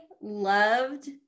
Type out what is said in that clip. loved